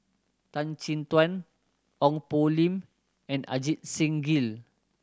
Tan Chin Tuan Ong Poh Lim and Ajit Singh Gill